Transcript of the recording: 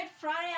Friday